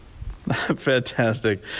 Fantastic